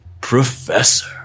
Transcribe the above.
Professor